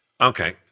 Okay